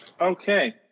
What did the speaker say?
Okay